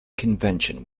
convention